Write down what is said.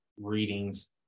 readings